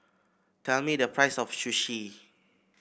tell me the price of Sushi